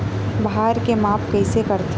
भार के माप कइसे करथे?